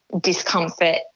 discomfort